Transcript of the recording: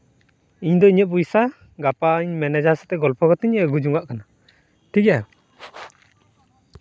ᱤᱧ ᱫᱚ ᱤᱧᱟᱹᱜ ᱯᱚᱭᱥᱟ ᱜᱟᱯᱟᱧ ᱢᱮᱱᱮᱡᱟᱨ ᱥᱟᱛᱮᱜ ᱜᱚᱞᱯᱚ ᱠᱟᱛᱮᱧ ᱟᱹᱜᱩ ᱡᱚᱱᱟᱜ ᱠᱟᱱᱟ ᱴᱷᱤᱠ ᱜᱮᱭᱟ